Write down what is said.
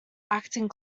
acting